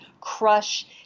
crush